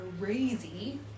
crazy